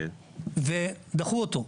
ודחו אותו.